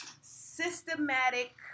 systematic